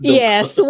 yes